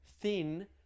thin